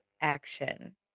action